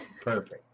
Perfect